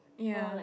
ya